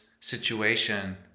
situation